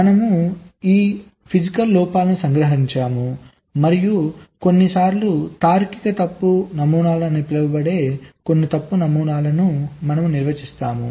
మనము ఈ శారీరక లోపాలను సంగ్రహించాము మరియు కొన్నిసార్లు తార్కిక తప్పు నమూనాలు అని పిలువబడే కొన్ని తప్పు నమూనాలను మనము నిర్వచిస్తాము